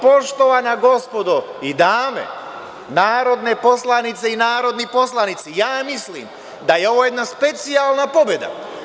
Poštovana gospodo i dame narodne poslanice i narodni poslanici, ja mislim da je ovo jedna specijalna pobeda.